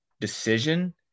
decision